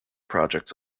projects